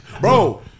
Bro